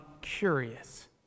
curious